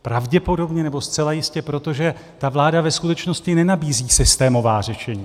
Pravděpodobně, nebo zcela jistě, protože ta vláda ve skutečnosti nenabízí systémová řešení.